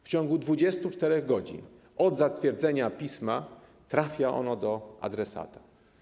W ciągu 24 godzin od zatwierdzenia pisma trafia ono do adresata.